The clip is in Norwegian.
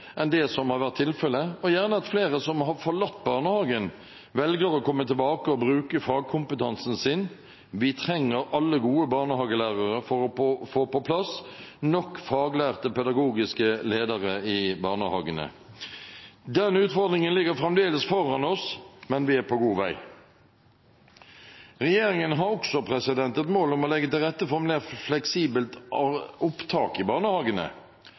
enn det som har vært tilfelle, og gjerne at flere som har forlatt barnehagen, velger å komme tilbake og bruke fagkompetansen sin. Vi trenger gode barnehagelærere for å få på plass nok faglærte pedagogiske ledere i barnehagene. Den utfordringen ligger fremdeles foran oss, men vi er på god vei. Regjeringen har også som mål å legge til rette for mer fleksibelt opptak i barnehagene.